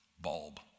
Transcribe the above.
bulb